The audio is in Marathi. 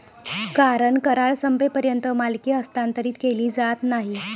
कारण करार संपेपर्यंत मालकी हस्तांतरित केली जात नाही